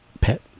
pet